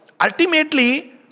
ultimately